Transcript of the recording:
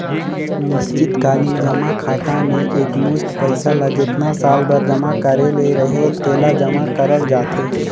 निस्चित कालीन जमा खाता में एकमुस्त पइसा ल जेतना साल बर जमा करे ले रहेल तेला जमा करल जाथे